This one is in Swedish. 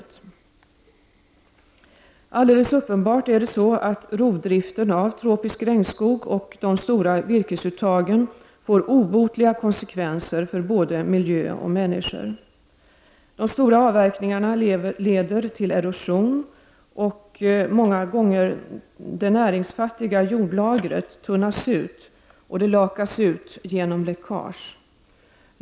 Det är alldeles uppenbart så, att rovdriften av tropisk regnskog och de stora virkesuttagen får obotliga konsekvenser för både miljö och människor. De stora avverkningarna leder till erosion, och många gånger tunnas det näringsfattiga jordlagret ut, och det lakas ut genom läckage.